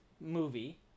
movie